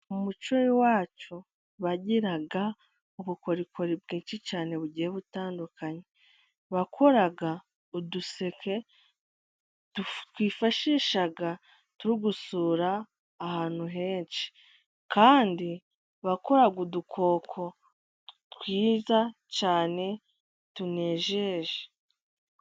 Mu muco wacu bagira ubukorikori bwinshi cyane bugiye butandukanye. Bakora uduseke twifashisha turi gusura ahantu henshi. Kandi bakora udukoko twiza cyane tunejeje.